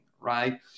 right